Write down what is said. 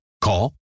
Call